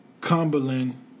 Cumberland